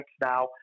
now